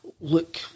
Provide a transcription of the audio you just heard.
look